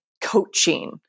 coaching